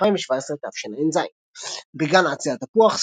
2017 תשע"ז בגן עצי התפוח,